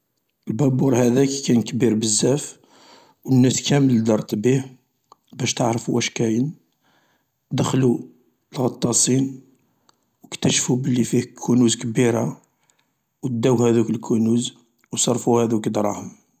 البابور هذاك كان كبير بزاف، والناس كامل دارت بيه باش تعرف واش كاين، دخلو الغطاصين واكتشفو بلي فيه كنوز كبيرة و اداو هاذوك الكنوز و صرفو هاذوك ادراهم.